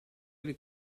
alle